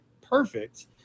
perfect